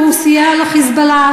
הוא סייע ל"חיזבאללה",